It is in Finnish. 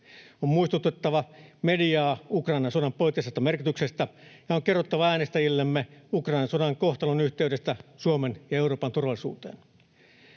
On muistutettava mediaa Ukrainan sodan poliittisesta merkityksestä ja on kerrottava äänestäjillemme Ukrainan sodan kohtalonyhteydestä Suomen ja Euroopan turvallisuuteen.